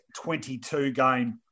22-game